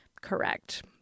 correct